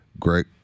Greg